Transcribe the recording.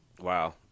Wow